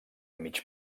mig